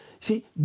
see